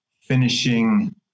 finishing